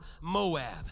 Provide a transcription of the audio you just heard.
Moab